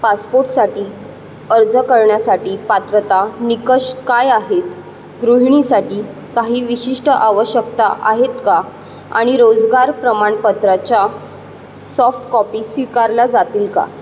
पासपोटसाटी अर्ज करण्यासाठी पात्रता निकष काय आहेत गृहिणीसाठी काही विशिष्ट आवश्यकता आहेत का आणि रोजगार प्रमाणपत्राच्या सॉफ्टकॉपी स्वीकारल्या जातील का